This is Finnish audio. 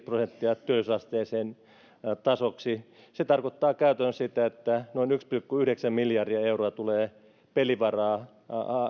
prosenttia työllisyysasteen tasoksi se tarkoittaa käytännössä sitä että noin yksi pilkku yhdeksän miljardia euroa tulee pelivaraa